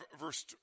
verse